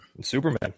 Superman